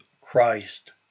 Christ